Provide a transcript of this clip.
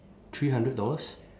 three hundred dollars